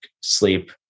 sleep